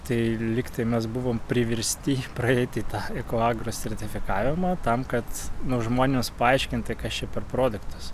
tai lygtai mes buvom priversti praeiti tą ekoagro sertifikavimą tam kad na žmonės paaiškinti kas čia per produktas